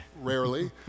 rarely